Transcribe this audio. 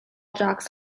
jocks